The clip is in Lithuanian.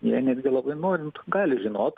jie netgi labai norint gali žinot